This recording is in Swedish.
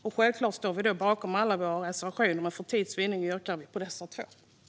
Vi står självfallet bakom alla våra reservationer, men för tids vinnande yrkar jag bifall endast till dessa två.